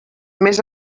més